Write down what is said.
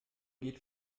geht